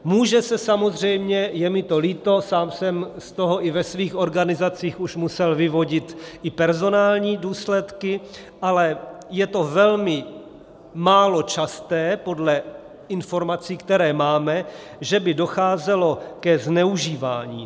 Může se samozřejmě je mi to líto, sám jsem z toho i ve svých organizacích už musel vyvodit i personální důsledky, ale je to velmi málo časté podle informací, které máme že by docházelo ke zneužívání.